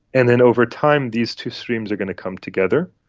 and then over time these two streams are going to come together.